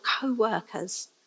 co-workers